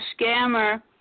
scammer